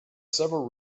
several